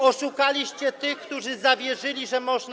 Oszukaliście tych, którzy zawierzyli, że można.